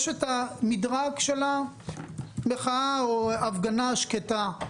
יש את המדרג של המחאה או ההפגנה שקטה,